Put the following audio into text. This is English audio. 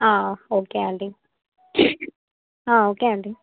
okay aunty okay aunty